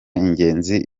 ingenzi